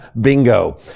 Bingo